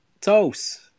Toast